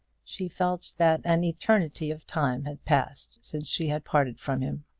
she felt that an eternity of time had passed since she had parted from him.